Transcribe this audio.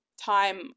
time